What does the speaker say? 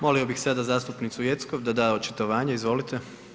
Molio bih sada zastupnicu Jeckov, da da očitovanje, izvolite.